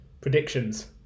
predictions